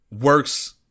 works